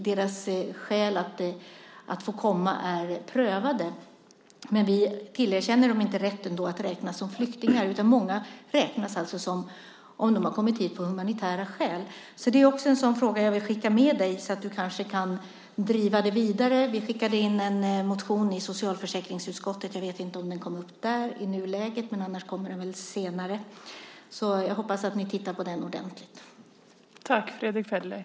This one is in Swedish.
Deras skäl för att få komma hit är prövade, men vi tillerkänner dem inte rätten att räknas som flyktingar utan det räknas i många fall som att de har kommit hit av humanitära skäl. Detta är också en fråga som jag vill skicka med dig så att du kan driva den vidare. Vi skrev en motion till socialförsäkringsutskottet. Jag vet inte om den har tagits upp där i nuläget. Om inte kommer den väl upp senare. Jag hoppas att ni kommer att titta på den ordentligt.